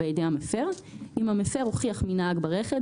בידי המפר אם המפר הוכיח מי נהג ברכב,